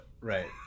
Right